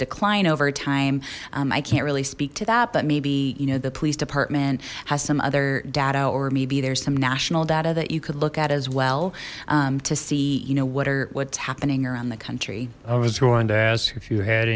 decline over time i can't really speak to that but maybe you know the police department has some other data or maybe there's some national data that you could look at as well to see you know what are what's happening around the country i was going to ask if you had